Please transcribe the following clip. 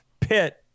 Pitt